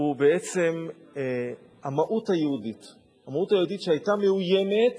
היא בעצם המהות היהודית שהיתה מאוימת